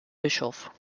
bischof